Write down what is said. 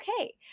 okay